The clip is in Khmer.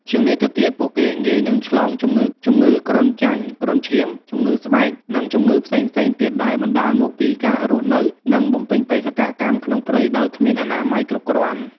ជាងនេះទៅទៀត ពួកគេងាយនឹងឆ្លង ជំងឺគ្រុនចាញ់ គ្រុនឈាម ជំងឺស្បែក និងជំងឺផ្សេងៗទៀតដែលបណ្ដាលមកពីការរស់នៅ និងបំពេញបេសកកម្មក្នុងព្រៃដោយគ្មានអនាម័យគ្រប់គ្រាន់។